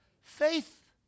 faith